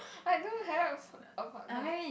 I don't have a partner